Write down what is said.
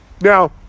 Now